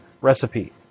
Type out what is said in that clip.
recipe